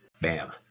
Bam